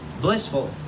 blissful